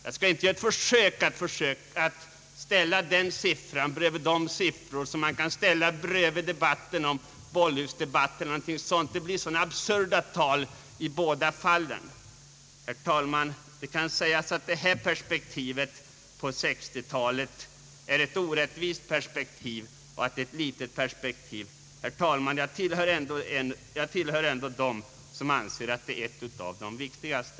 Jag skall inte göra något försök att få fram en siffra för att göra några jämförelser med de människoöden som Bollhusdebatten gällde. Det blir i båda fallen fråga om så absurda tal. Det kan, herr talman, sägas att detta perspektiv på 1960-talet är ett orättvist perspektiv och ett litet perspektiv. Jag tillhör ändå dem, som anser att det är ett av de viktigaste.